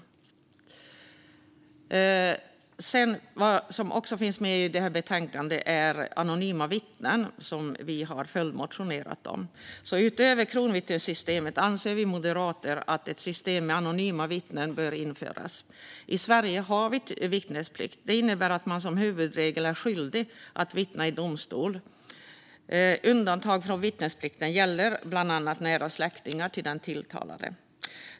Något som också finns med i betänkandet är anonyma vittnen, som vi har följdmotionerat om. Utöver kronvittnessystemet anser vi moderater att ett system med anonyma vittnen bör införas. I Sverige har vi vittnesplikt. Det innebär att man som huvudregel är skyldig att vittna i domstol. Undantag från vittnesplikten gäller bland annat nära släktingar till den tilltalade.